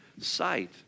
sight